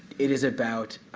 it is about